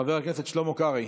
חבר הכנסת שלמה קרעי